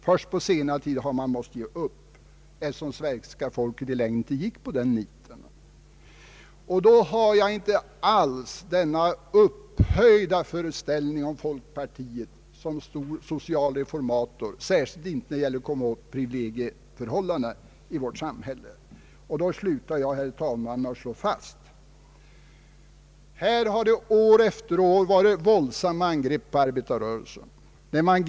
Först på senare tid har man varit tvungen att ge upp eftersom svenska folket i längden inte velat gå på denna linje. Jag har således inte alls denna upphöjda föreställning om folkpartiet som en stor social reformator, särskilt inte när det gäller att komma till rätta med privilegieförhållandena i vårt samhälle. Jag vill, herr talman, sluta med att slå fast följande. År efter år har våldsamma angrepp skett på arbetarrörelsen för dess arbetsmetoder.